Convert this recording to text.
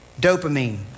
dopamine